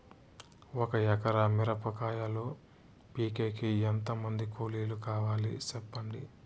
ఒక ఎకరా మిరప కాయలు పీకేకి ఎంత మంది కూలీలు కావాలి? సెప్పండి?